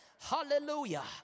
Hallelujah